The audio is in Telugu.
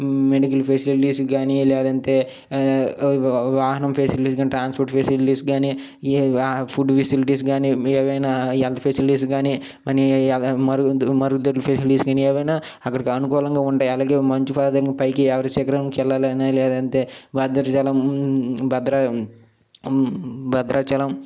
మెడికల్ ఫెసిలిటీస్ కానీ లేదంటే వాహనం ఫెసిలిటీస్ కానీ ట్రాన్స్పోర్ట్ ఫెసిలిటీస్ కాని ఫుడ్ ఫెసిలిటీస్ కాని ఏవైనా హెల్త్ ఫెసిలిటీస్ కానీ మరుగు మరుగుదొడ్లు ఫెసిలిటీస్ కాని ఏవైనా అక్కడ అనుకూలంగా ఉంటాయి అలాగే మంచు పర్వతాలపైకి ఎవరెస్ట్ శిఖరానికి వెళ్ళాలని లేదంటే వారిది చలం భద్ర భద్రాచలం